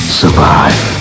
survive